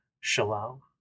shalom